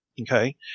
Okay